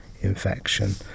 infection